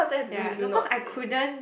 ya no cause I couldn't